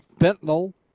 fentanyl